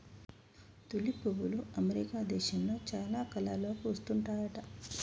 tulip పువ్వులు America దేశంలో చాలా కలర్లలో పూస్తుంటాయట